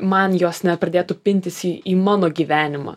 man jos nepradėtų pintis į į mano gyvenimą